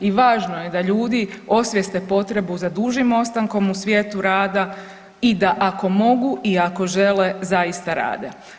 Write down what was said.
I važno je da ljudi osvijeste potrebu za dužim ostankom u svijetu rada i da mogu i ako žele zaista rade.